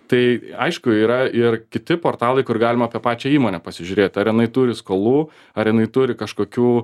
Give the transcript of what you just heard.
tai aišku yra ir kiti portalai kur galima apie pačią įmonę pasižiūrėt ar jinai turi skolų ar jinai turi kažkokių